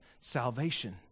salvation